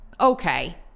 Okay